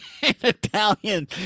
Italian